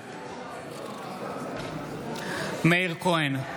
בעד מאיר כהן,